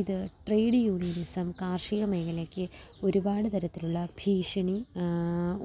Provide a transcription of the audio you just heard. ഇത് trade unionism കാർഷികമേഖലക്ക് ഒരുപാട് തരത്തിലുള്ള ഭീഷണി